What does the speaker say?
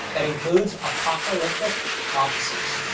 that includes apocalyptic prophecies.